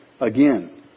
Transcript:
again